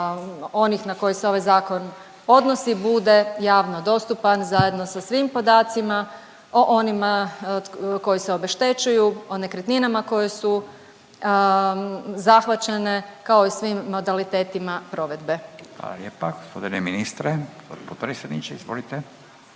onih na koje se ovaj Zakon odnosi bude javno dostupan zajedno sa svim podacima o onima koji se obeštećuju, o nekretninama koje su zahvaćene, kao i svim modalitetima provedbe. **Radin, Furio (Nezavisni)** Hvala